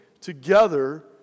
together